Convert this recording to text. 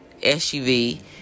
SUV